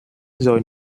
rồi